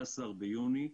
16 ביוני,